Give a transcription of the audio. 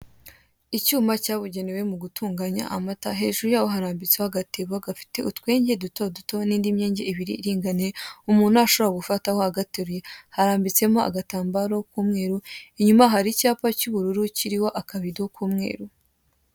Icyuma cyabugenewe mu gutunganya amata, hejuru yaho harambitseho agatebo gafite utwenge duto duto n'indi myenge ibiri iringaniye, umuntu ashobora gufataho agateruye, harambitsemo agatambaro k'umweru, inyuma hari icyapa cy'ubururu kiriho akabido k'umweru.